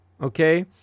okay